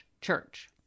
church